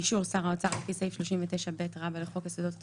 באישור שר האוצר על פי סעיף 39ב לחוק יסודות התקציב,